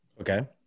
okay